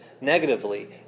negatively